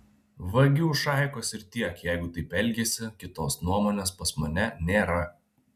vagių šaikos ir tiek jeigu taip elgiasi kitos nuomonės pas mane nėra